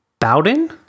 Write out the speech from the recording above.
Bowden